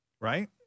Right